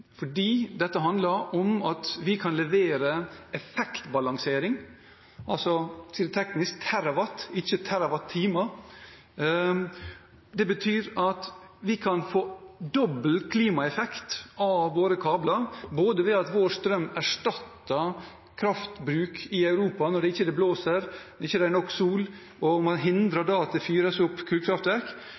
dette handler om at vi kan levere effektbalansering, altså – for å si det litt teknisk – TW, ikke TWh. Det betyr at vi kan få dobbel klimaeffekt av våre kabler, både ved at vår strøm erstatter kraftbruk i Europa når det ikke blåser eller ikke er nok sol, og man hindrer da at det fyres opp i kullkraftverk,